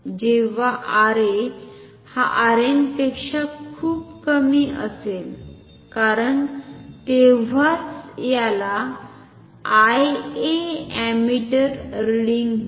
जेव्हा RA हा Rn पेक्शा खुप खुप कमी असेल कारण तेव्हाच याला IA अमिटर रिडिंग म्हणा